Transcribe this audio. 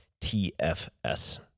TFS